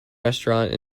restaurant